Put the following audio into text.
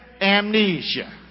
Amnesia